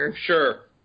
Sure